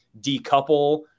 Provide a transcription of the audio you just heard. decouple